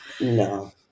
No